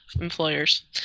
Employers